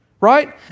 right